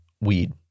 weed